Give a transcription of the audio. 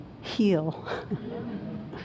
Heal